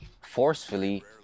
forcefully